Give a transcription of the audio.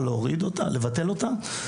או לבטל אותה.